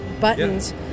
buttons